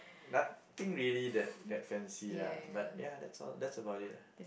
nothing really that fancy lah but ya that's all that's about it